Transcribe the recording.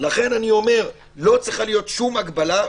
לכן אני אומר, לא צריכה להיות שום הגבלה.